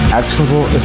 actionable